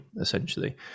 essentially